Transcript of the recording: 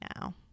now